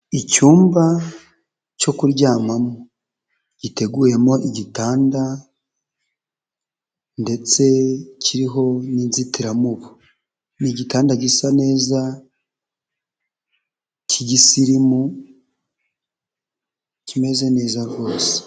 Icyumba cyo kuryamamo giteguyemo igitanda ndetse kiriho n'inzitiramubu. Ni igitanda gisa neza k'igisirimu kimeze neza rwose.